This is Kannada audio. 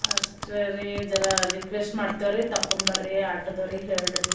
ಅಷ್ಟೇ ರಿ ಜರಾ ರಿಕ್ವೆಸ್ಟ್ ಮಾಡ್ತೇವ್ರಿ ತೊಕ್ಕೊಂಬರ್ರಿ ಆಟೋದವ್ರಿಗೆ ಹೇಳ್ರಿ